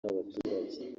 n’abaturage